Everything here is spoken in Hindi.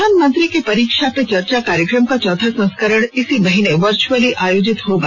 प्रधानमंत्री के परीक्षा पे चर्चा कार्यक्रम का चौथा संस्करण इसी महीने में वर्चुअली आयोजित होगा